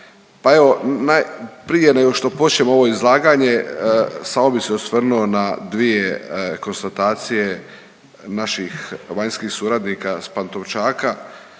Pa evo prije nego što počnem ovo izlaganje samo bi se osvrnuo na dvije konstatacije naših vanjskih suradnika s Pantovčaka,